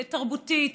תרבותית,